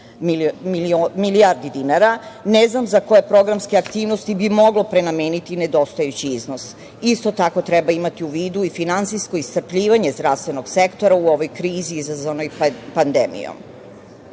milijardi dinara, ne znam za koje programske aktivnosti bi moglo prenameniti nedostajući iznos. Isto tako treba imati u vidu i finansijsko iscrpljivanje zdravstvenog sektora u ovoj krizi izazvanoj pandemijom. Podsetiću